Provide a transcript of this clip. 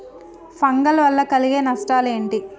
Fungal వల్ల కలిగే నష్టలేంటి?